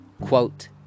quote